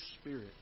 Spirit